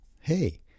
hey